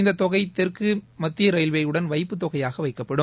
இந்த தொகை தெற்கு மத்திய ரயில்வேயுடன் வைப்புத் தொகையாக வைக்கப்படும்